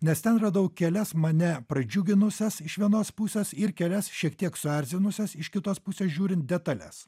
nes ten radau kelias mane pradžiuginusias iš vienos pusės ir kelias šiek tiek suerzinusias iš kitos pusės žiūrint detales